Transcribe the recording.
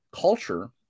culture